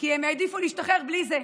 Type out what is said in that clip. כי הם העדיפו להשתחרר בלי זה.